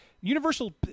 Universal